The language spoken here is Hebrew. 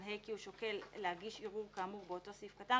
(ה) כי הוא שוקל להגיש ערעור כאמור באותו סעיף קטן,